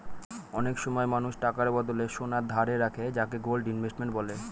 অনেক সময় মানুষ টাকার বদলে সোনা ধারে রাখে যাকে গোল্ড ইনভেস্টমেন্ট বলে